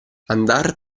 andar